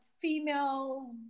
Female